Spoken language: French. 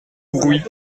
brouis